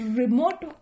remote